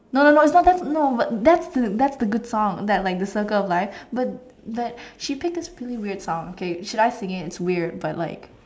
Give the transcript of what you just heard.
no no no its not that no but thats the thats the good song that like the circle of life but but she picked the really weird song should I sing it its weird like